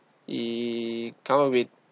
he cover with